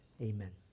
amen